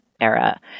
era